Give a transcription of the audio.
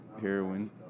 heroin